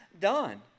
done